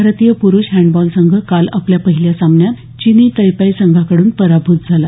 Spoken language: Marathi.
भारतीय प्रुष हँडबॉल संघ काल आपल्या पहिल्या सामन्यात चिनी तैपै संघाकडून पराभूत झाला